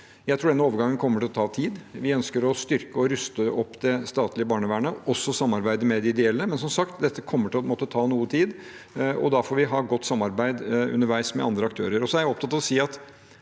Jeg tror denne overgangen kommer til å ta tid. Vi ønsker å styrke og ruste opp det statlige barnevernet, også samarbeidet med de ideelle. Som sagt kommer dette til å måtte ta noe tid, og da får vi ha et godt samarbeid underveis med andre aktører. Jeg er opptatt av å si at